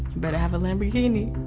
better have a lamborghini.